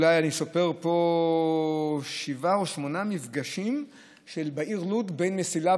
אני סופר פה אולי שבעה או שמונה מפגשים בעיר לוד בין מסילה